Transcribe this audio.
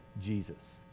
Jesus